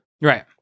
right